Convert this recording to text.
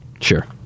Sure